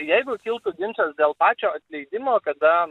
jeigu kiltų ginčas dėl pačio atleidimo kada